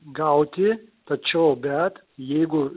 gauti tačiau bet jeigu